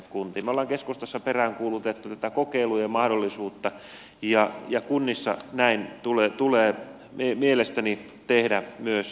me olemme keskustassa peräänkuuluttaneet tätä kokeilujen mahdollisuutta ja kunnissa näin tulee mielestäni tehdä myös jatkossa